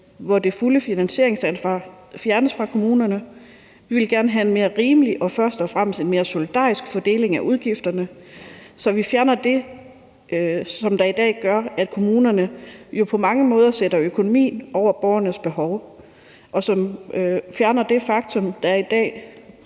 hvor det fulde finansieringsansvar fjernes fra kommunerne. Vi vil gerne have en mere rimelig og først og fremmest mere solidarisk fordeling af udgifterne, så vi fjerner det, som i dag gør, at kommunerne jo på mange måder sætter økonomien over borgernes behov, og så vi fjerner det faktum, at det i dag